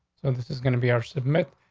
and this is gonna be our submit,